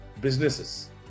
businesses